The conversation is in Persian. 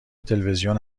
تلویزیون